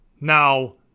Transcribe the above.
Now